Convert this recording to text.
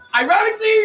ironically